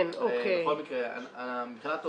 בכל מקרה, מבחינת הועדות,